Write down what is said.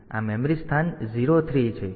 તેથી આ મેમરી સ્થાન 0 3 છે